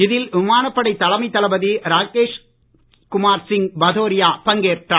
இதில் விமானப்படை தலைமை தளபதி ராகேஷ்குமார் சிங் பதோரியா பங்கேற்றார்